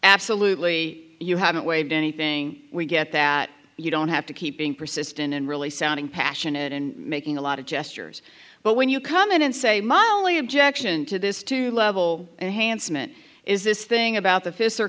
absolutely you haven't waived anything we get that you don't have to keep being persistent and really sounding passionate and making a lot of gestures but when you come in and say my only objection to this two level and handsome it is this thing about the fi